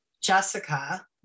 Jessica